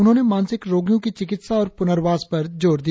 उन्होंने मानसिक रोगियों की चिकित्सा और पूर्नवास पर जोर दिया